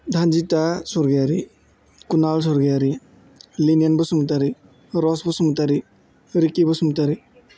धनजिथा सरगयारि कुनाल सरगयारि लिनिन बसुमतारि हुरस बसुमतारि रिकि बसुमतारि